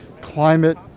climate